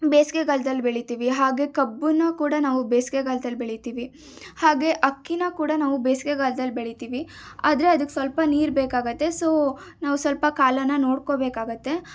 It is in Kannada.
ಬೇಸಿಗೆಗಾಲ್ದಲ್ಲಿ ಬೆಳಿತೀವಿ ಹಾಗೆ ಕಬ್ಬನ್ನು ಕೂಡ ನಾವು ಬೇಸಿಗೆಗಾಲ್ದಲ್ಲಿ ಬೆಳಿತೀವಿ ಹಾಗೆ ಅಕ್ಕಿನ ಕೂಡ ನಾವು ಬೇಸಿಗೆಗಾಲ್ದಲ್ಲಿ ಬೆಳಿತೀವಿ ಆದರೆ ಅದಕ್ಕೆ ಸ್ವಲ್ಪ ನೀರು ಬೇಕಾಗತ್ತೆ ಸೊ ನಾವು ಸ್ವಲ್ಪ ಕಾಲನ ನೋಡ್ಕೋಬೇಕಾಗತ್ತೆ